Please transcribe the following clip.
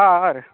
ಹಾಂ ಹಾಂ ರೀ